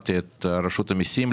שמעתי את רשות המסים.